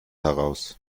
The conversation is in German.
heraus